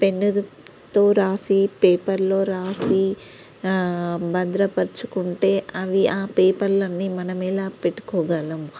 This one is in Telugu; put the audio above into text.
పెన్నుతో రాసి పేపర్లొ రాసి భద్రపరుచుకుంటే అవి ఆ పేపర్లన్నీ మనం ఎలా పెట్టుకోగలం